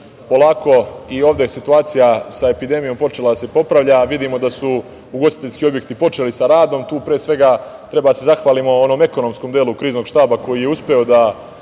polako i ovde situacija sa epidemijom počela da se popravlja. Vidimo da su ugostiteljski objekti počeli sa radom. Tu, pre svega, treba da se zahvalimo onom ekonomskom delu kriznog štaba koji je uspeo da